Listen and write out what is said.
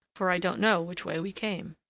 for i don't know which way we came.